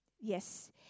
Yes